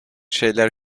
şeyler